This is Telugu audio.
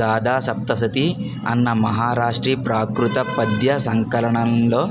గాథా సప్త సతి అన్న మహారాష్ట్రీ ప్రాకృత పద్య సంకలనంలో